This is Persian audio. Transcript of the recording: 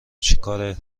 چیکار